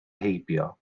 heibio